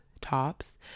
tops